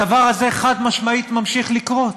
הדבר הזה חד-משמעית ממשיך לקרות.